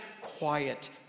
quiet